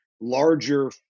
larger